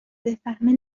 بفهمه